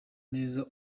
neza